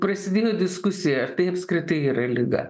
prasidėjo diskusija ar tai apskritai yra liga